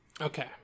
Okay